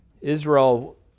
Israel